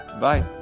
Bye